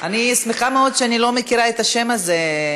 אני שמחה מאוד שאני לא מכירה את השם הזה,